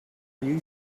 you